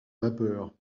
vapeur